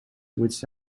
which